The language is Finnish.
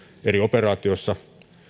eri operaatioissa